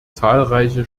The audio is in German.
zahlreiche